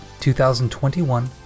2021